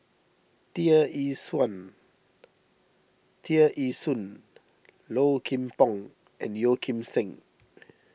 Tear Ee Tear Ee Soon Low Kim Pong and Yeo Kim Seng